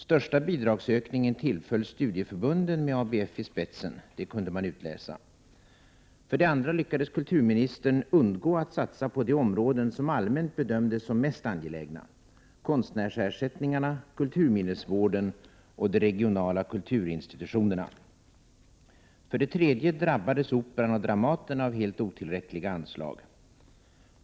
Största bidragsökningen tillföll studieförbunden med ABF i spetsen, det kunde man utläsa. För det andra lyckades kulturministern undgå att satsa på de områden som allmänt bedömdes som mest angelägna: konstnärsersättningarna, kulturminnesvården och de regionala kulturinstitutionerna. För det tredje drabbades Operan och Dramaten av helt otillräckliga anslag.